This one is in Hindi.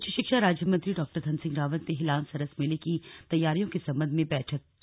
उच्च शिक्षा राज्य मंत्री डा धन सिंह रावत ने हिलांस सरस मेले की तैयारियों के संबंध में बैठक की